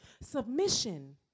Submission